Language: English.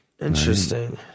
Interesting